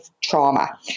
trauma